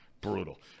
brutal